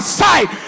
sight